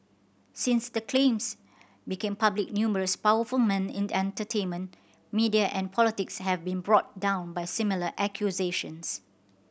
since the claims became public numerous powerful men in entertainment media and politics have been brought down by similar accusations